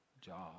job